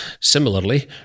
Similarly